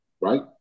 right